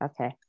Okay